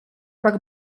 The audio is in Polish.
tak